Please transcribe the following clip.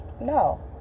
no